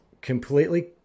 completely